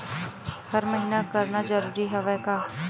हर महीना करना जरूरी हवय का?